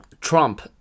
Trump